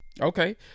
Okay